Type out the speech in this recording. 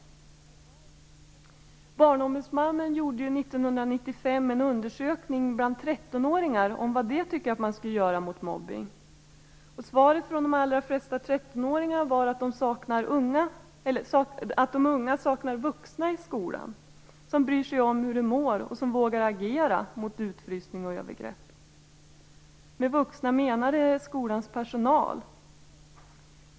Barnombudsmannen gjorde 1995 en undersökning bland 13-åringar om vad de tyckte att man skulle göra mot mobbning. Svaret från de allra flesta 13-åringarna var att de unga saknar vuxna i skolan som bryr sig om hur de mår och som vågar agera mot utfrysning och övergrepp. Med vuxna menar de skolans personal.